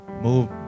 move